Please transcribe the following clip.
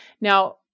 Now